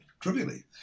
trivially